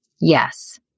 Yes